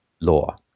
law